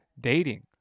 dating